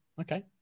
okay